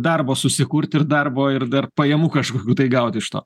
darbo susikurti ir darbo ir dar pajamų kažkokių tai gauti iš to